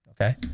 Okay